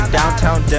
downtown